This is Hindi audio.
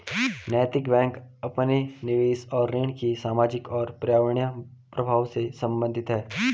नैतिक बैंक अपने निवेश और ऋण के सामाजिक और पर्यावरणीय प्रभावों से संबंधित है